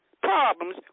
problems